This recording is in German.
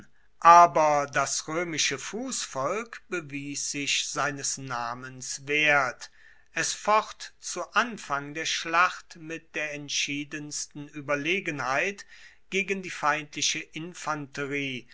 aber das roemische fussvolk bewies sich seines namens wert es focht zu anfang der schlacht mit der entschiedensten ueberlegenheit gegen die feindliche infanterie